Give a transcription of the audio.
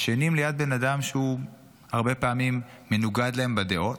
ישנים ליד בן אדם שהוא הרבה פעמים מנוגד להם בדעות,